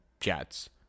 Jets